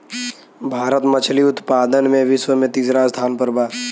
भारत मछली उतपादन में विश्व में तिसरा स्थान पर बा